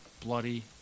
bloody